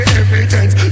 evidence